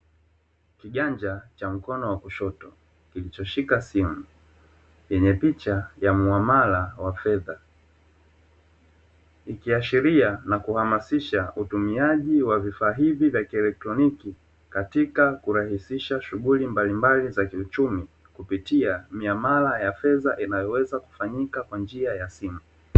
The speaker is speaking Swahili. Kiganja cha mkono wa kushoto kilichoshika simu yenye picha ya muamala wa fedha, ikiashiria na kuhamasisha utumiaji wa vifaa hivi vya kielektroniki katika kurahisisha shughuli mbalimbali za kiuchumi, kupitia miamala ya fedha inayoweza kufanyika kwa njia ya simu.